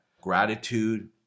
Gratitude